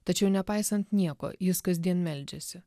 tačiau nepaisant nieko jis kasdien meldžiasi